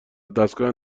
ودستگاه